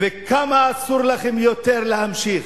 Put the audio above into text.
וכמה אסור לכם יותר להמשיך.